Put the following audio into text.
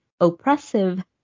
oppressive